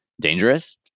dangerous